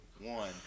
one